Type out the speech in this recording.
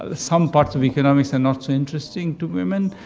ah some parts of economics are not so interesting to women.